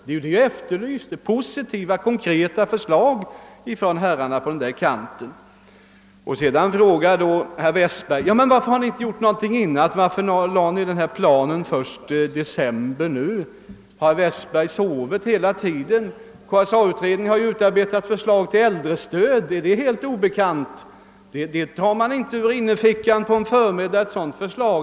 Vad vi efterlyst är positiva, konkreta förslag från herrarna på den kanten. Så frågar herr Westberg: Varför har ni inte gjort någonting tidigare, varför lade ni denna plan först i december? Har herr Westberg sovit hela tiden? KSA-utredningen har ju utarbetat förslag till äldrestöd. är det helt obekant? Ett sådant förslag tar man inte ur innerfickan på en förmiddag.